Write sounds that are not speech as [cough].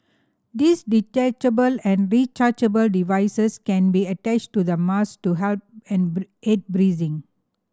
these detachable and rechargeable devices can be attached to the mask to help [unintelligible] aid breathing